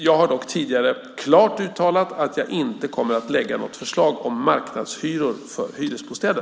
Jag har dock tidigare klart uttalat att jag inte kommer att lägga fram något förslag om marknadshyror för hyresbostäder.